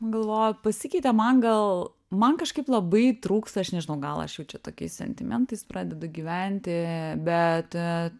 galvoju pasikeitė man gal man kažkaip labai trūksta aš nežinau gal aš jaučia tokiais sentimentais pradedu gyventi bet